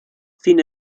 sin